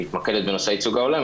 שמתמקדת בנושא הייצוג ההולם.